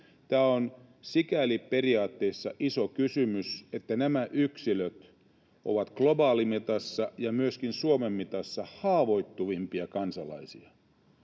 Tämä on sikäli periaatteessa iso kysymys, että nämä yksilöt ovat globaalimitassa ja myöskin Suomen mitassa haavoittuvimpia kansalaisia.